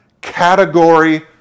category